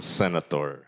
senator